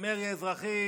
מרי אזרחי,